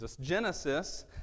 Genesis